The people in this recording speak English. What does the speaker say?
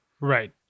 Right